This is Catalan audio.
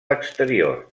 exterior